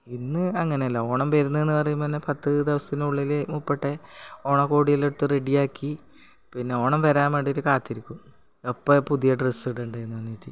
ഇന്ന് അങ്ങനെയല്ല ഓണം വേരുന്നതെന്നു പറയുമ്പം തന്നെ പത്തു ദിവസത്തിനുള്ളിൽ മുപ്പട്ടെ ഓണക്കോടിയെല്ലാം എടുത്തു റെഡിയാക്കി പിന്നെ ഓണം വരാൻ വേണ്ടിയിട്ടു കാത്തിരിക്കും എപ്പോഴാ പുതിയ ഡ്രസ്സ് ഇടേണ്ടതെന്നു പറഞ്ഞിട്ട്